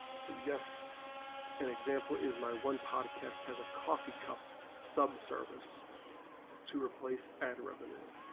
see us an example is my one pot cast as a coffee cup some servers to replace ad revenue